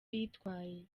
yitwaye